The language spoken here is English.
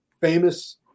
famous